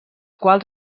quals